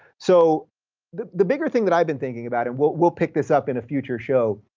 so the the bigger thing that i've been thinking about and we'll pick this up in a future show,